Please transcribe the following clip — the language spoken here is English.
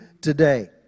today